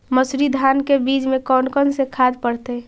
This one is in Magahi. मंसूरी धान के बीज में कौन कौन से खाद पड़तै?